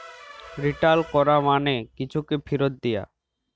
return ক্যরা মালে কিছুকে ফিরত দিয়া